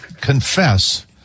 confess